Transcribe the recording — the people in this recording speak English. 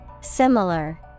Similar